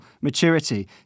maturity